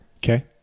Okay